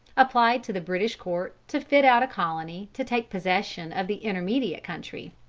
applied to the british court to fit out a colony to take possession of the intermediate country.